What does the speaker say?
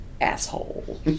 asshole